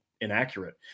inaccurate